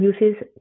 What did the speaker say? uses